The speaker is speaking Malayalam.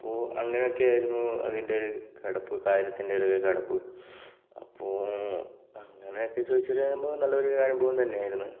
അപ്പോൾ അങ്ങനെയൊക്കെ ആയിരുന്നു അതിൻ്റെ ഒരു കിടപ്പ് കാര്യത്തിൻ്റെ ഒരു കിടപ്പ് അപ്പോൾ അങ്ങനെയൊക്കെ ചോദിച്ച് വരുമ്പോൾ നല്ലൊരു അനുഭവം തന്നെയായിരുന്നു